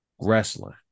Wrestling